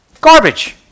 Garbage